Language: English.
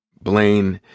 blayne,